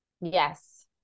Yes